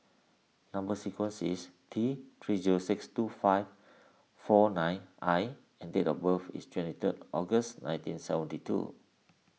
Number Sequence is T three zero six two five four nine I and date of birth is twenty third August nineteen seventy two